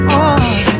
on